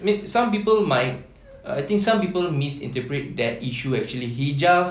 I mean some people might I think some people misinterpret that issue actually he just